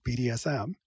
BDSM